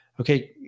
okay